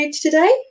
today